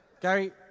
Gary